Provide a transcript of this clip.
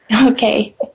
Okay